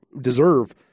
deserve